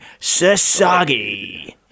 Sasagi